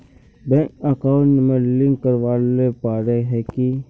Bank account में link करावेल पारे है की?